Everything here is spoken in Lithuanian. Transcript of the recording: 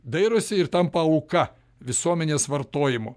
dairosi ir tampa auka visuomenės vartojimo